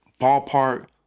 ballpark